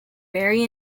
vary